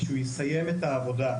כשהוא יסיים את העבודה,